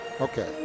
Okay